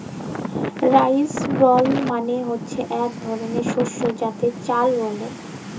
rice ব্রল মালে হচ্যে ইক ধরলের শস্য যাতে চাল চুষ ব্যলে